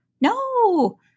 No